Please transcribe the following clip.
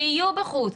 שיהיו בחוץ.